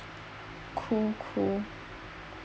cool cool